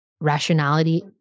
rationality